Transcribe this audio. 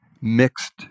mixed